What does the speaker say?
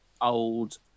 old